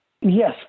Yes